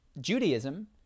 Judaism